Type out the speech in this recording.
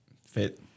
fit